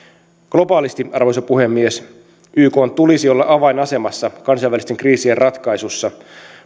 globaalisti arvoisa puhemies ykn tulisi olla avainasemassa kansainvälisten kriisien ratkaisussa